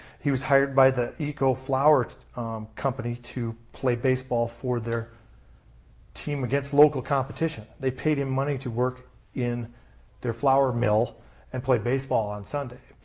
he was hired by the echo flour company to play baseball for their team against local competition. they paid him money to work in their flour mill and play baseball on sunday.